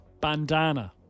Bandana